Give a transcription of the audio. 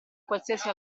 qualsiasi